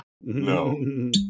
No